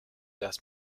erst